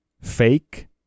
fake